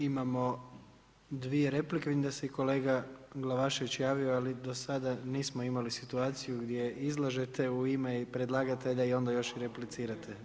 Imamo dvije replike, vidim da se i kolega Glavašević javio, ali do sada nismo imali situaciju gdje izlažete u ime i predlagatelja i onda još replicirate.